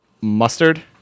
mustard